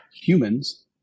humans